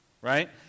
right